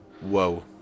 Whoa